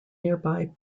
nearby